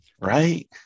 Right